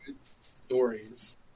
stories